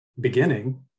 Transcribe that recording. beginning